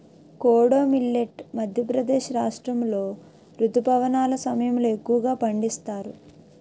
kodo millet Madhya Pradesh రాష్ట్రాములో రుతుపవనాల సమయంలో ఎక్కువగా పండిస్తారు